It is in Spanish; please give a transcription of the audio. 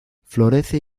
florece